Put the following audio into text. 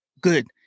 good